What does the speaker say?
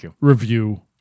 review